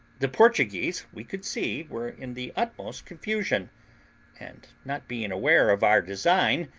the portuguese, we could see, were in the utmost confusion and not being aware of our design,